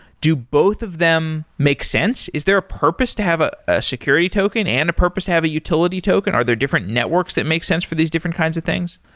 do both of them make sense? is there a purpose to have a a security token and a purpose to have a utility token? are there different networks that make sense for these different kinds of things?